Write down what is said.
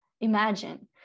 Imagine